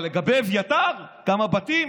אבל לגבי אביתר, כמה בתים,